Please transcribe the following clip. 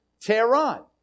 Tehran